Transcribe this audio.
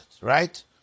right